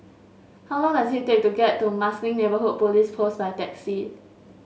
how long does it take to get to Marsiling Neighbourhood Police Post by taxi